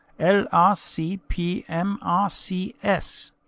l r c p m r c s.